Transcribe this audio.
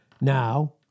now